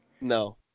No